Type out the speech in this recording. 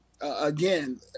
again